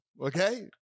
okay